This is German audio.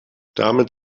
damit